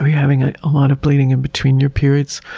having a lot of bleeding in between your periods,